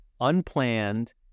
unplanned